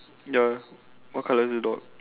ya what colour is the dog